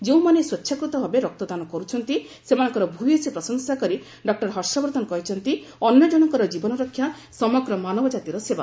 ଯେଉଁମାନେ ସ୍ୱଚ୍ଛାକୃତ ଭାବେ ରକ୍ତଦାନ କରୁଛନ୍ତି ସେମାନଙ୍କର ଭୂୟସୀ ପ୍ରଶଂସା କରି ଡକ୍ଟର ହର୍ଷବର୍ଦ୍ଧନ କହିଛନ୍ତି ଅନ୍ୟ ଜଣଙ୍କର ଜୀବନରକ୍ଷା ସମଗ୍ର ମାନବଜାତିର ସେବା